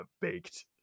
baked